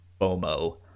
fomo